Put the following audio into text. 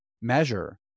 measure